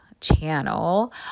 channel